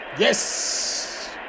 Yes